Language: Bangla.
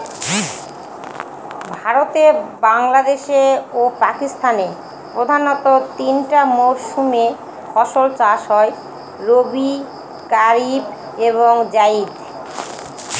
ভারতে বাংলাদেশে ও পাকিস্তানে প্রধানত তিনটা মরসুমে ফাসল চাষ হয় রবি কারিফ এবং জাইদ